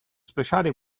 speciale